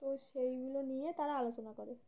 তো সেইগুলো নিয়ে তারা আলোচনা করে